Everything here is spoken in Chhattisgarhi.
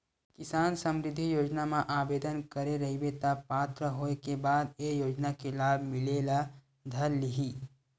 किसान समरिद्धि योजना म आबेदन करे रहिबे त पात्र होए के बाद ए योजना के लाभ मिले ल धर लिही